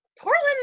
Portland